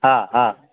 હા હા